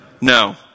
No